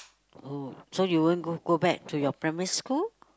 oh so you won't go go back to your primary school